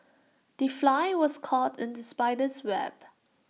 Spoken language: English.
the fly was caught in the spider's web